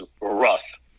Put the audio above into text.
rough